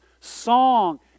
song